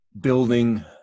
building